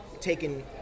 taken